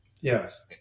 yes